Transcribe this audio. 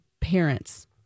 parents